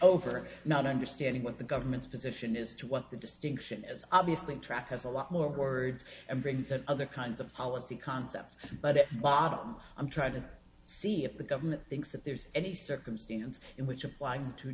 over not understanding what the government's position is to what the distinction is obviously track has a lot more words and briggs and other kinds of policy concepts but at bottom i'm trying to see if the government thinks that there's any circumstance in which applying to